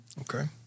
Okay